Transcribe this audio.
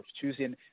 choosing